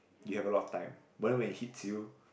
you have a lot of time but then when it hits you